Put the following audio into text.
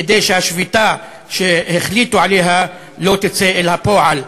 כדי שהשביתה שהחליטו עליה לא תצא אל הפועל.